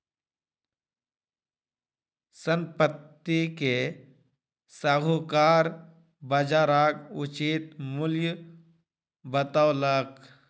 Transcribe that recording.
संपत्ति के साहूकार बजारक उचित मूल्य बतौलक